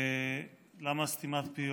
ולמה סתימת פיות?